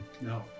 No